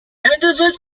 endeavours